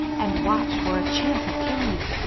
and watched for a chance of killing it.